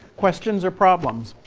questions or problems?